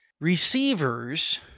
Receivers